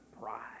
pride